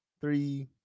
three